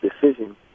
decision